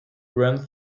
runs